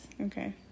Okay